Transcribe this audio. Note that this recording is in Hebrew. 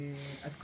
אז,